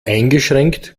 eingeschränkt